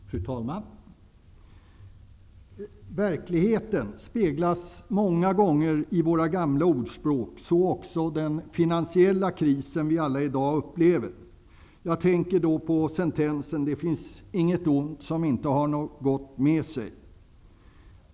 Fru talman! Verkligheten speglas många gånger i våra gamla ordspråk, så också den finansiella krisen vi alla i dag upplever. Jag tänker då på sentensen ''inget ont som inte har något gott med sig''.